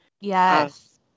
Yes